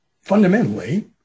fundamentally